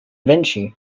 vinci